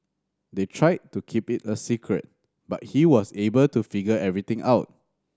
they tried to keep it a secret but he was able to figure everything out